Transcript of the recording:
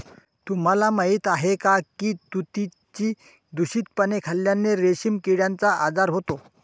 तुम्हाला माहीत आहे का की तुतीची दूषित पाने खाल्ल्याने रेशीम किड्याचा आजार होतो